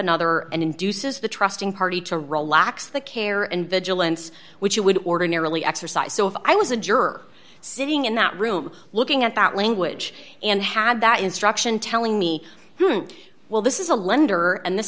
another and induces the trusting party to relax the care and vigilance which you would ordinarily exercise so if i was a juror sitting in that room looking at that language and had that instruction telling me well this is a lender and this